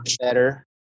better